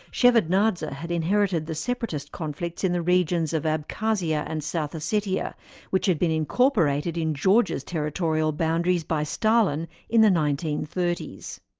shevardnadze had inherited the separatist conflicts in the regions of abkhazia and south ossetia which had been incorporated in georgia's territorial boundaries by stalin in the nineteen thirty s.